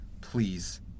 please